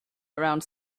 around